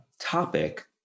topic